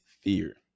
fear